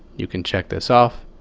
you can check this off.